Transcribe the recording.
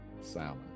salmon